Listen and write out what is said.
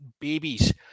babies